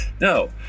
No